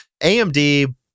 amd